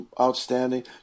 outstanding